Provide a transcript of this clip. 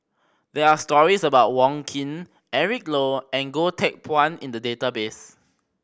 there are stories about Wong Keen Eric Low and Goh Teck Phuan in the database